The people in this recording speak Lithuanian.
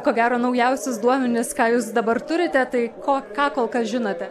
ko gero naujausius duomenis ką jūs dabar turite tai ko ką kol kas žinote